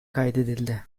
kaydedildi